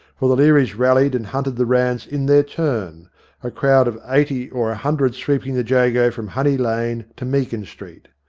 for the learys rallied and hunted the ranns in their turn a crowd of eighty or a hundred sweeping the jago from honey lane to meakin street.